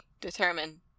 determine